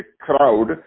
crowd